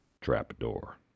Trapdoor